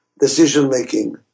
decision-making